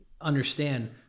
understand